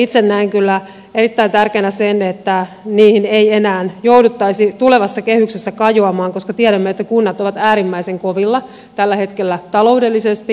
itse näen kyllä erittäin tärkeänä sen että niihin ei enää jouduttaisi tulevassa kehyksessä kajoamaan koska tiedämme että kunnat ovat äärimmäisen kovilla tällä hetkellä taloudellisesti